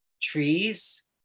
trees